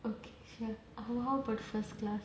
okay f~ how how about first class